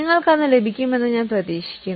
നിങ്ങൾക്കത് ലഭിക്കുമെന്ന് ഞാൻ പ്രതീക്ഷിക്കുന്നു